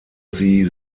sie